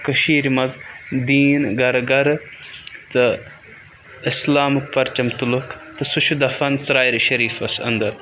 کٔشیٖرِ منٛز دیٖن گَرٕ گَرٕ تہٕ اِسلامُک پرچم تُلُکھ تہٕ سُہ چھُ دَفن ژرارِ شریٖفَس اَندر